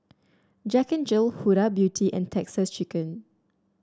Jack Jill Huda Beauty and Texas Chicken